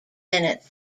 minutes